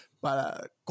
para